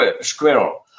squirrel